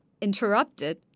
interrupted